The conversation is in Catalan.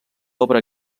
obra